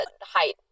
height